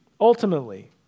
ultimately